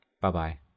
Bye-bye